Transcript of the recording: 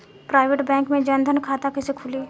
Private bank मे जन धन खाता कैसे खुली?